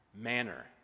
manner